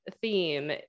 theme